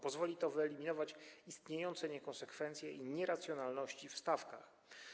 Pozwoli to wyeliminować istniejące niekonsekwencje i nieracjonalności w stawkach.